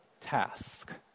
task